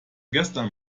gestern